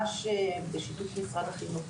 ובשיתוף במשרד החינוך,